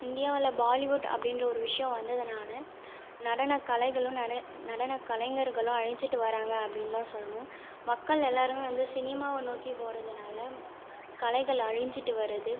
இந்தியாவில் பாலிவுட் அப்படின்ற ஒரு விஷயம் வந்ததுனால் நடனக்கலைகளும் நடனக்கலைஞர்களும் அழிஞ்சுட்டு வராங்க அப்படின்னு தான் சொல்லணும் மக்கள் எல்லோருமே வந்து சினிமாவை நோக்கி போறதுனால் கலைகள் அழிஞ்சுட்டு வருது